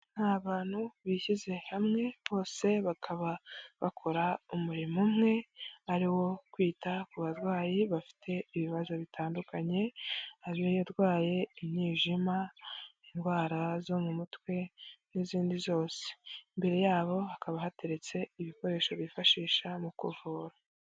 Hari abantu bishyize hamwe, bose bakaba bakora umurimo umwe ari wo kwita ku barwayi bafite ibibazo bitandukanye ari abarwaye umwijima, indwara zo mu mutwe, n'izindi zose. Imbere yabo hakaba hateretse ibikoresho bifashisha mu kuvura.